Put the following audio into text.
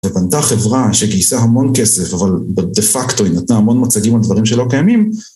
ובנתה חברה שגייסה המון כסף אבל דה פקטו היא נתנה המון מצגים על דברים שלא קיימים